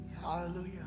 hallelujah